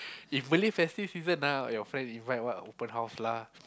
if Malay festive season lah your friend invite what open house lah